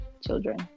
children